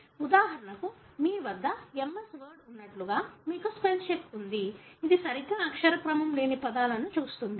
ఉదాహరణకు మీ వద్ద ఉన్నట్లుగా MS వర్డ్ మీకు స్పెల్ చెక్ ఉంది ఇది సరిగ్గా అక్షరక్రమం లేని పదాలను చూస్తుంది